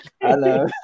Hello